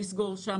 לסגור שם,